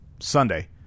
Sunday